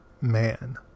man